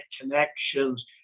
connections